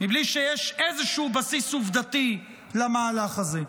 מבלי שיש איזשהו בסיס עובדתי למהלך הזה.